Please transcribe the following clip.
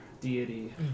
deity